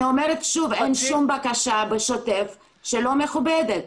אני אומרת שוב, אין שום בקשה בשוטף שלא מכובדת.